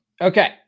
Okay